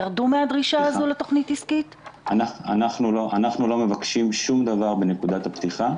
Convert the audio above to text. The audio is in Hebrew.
אנחנו לא מבקשים שום דבר בנקודת הפתיחה.